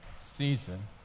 season